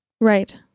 Right